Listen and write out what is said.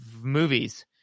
movies